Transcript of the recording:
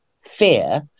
fear